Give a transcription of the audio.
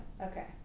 okay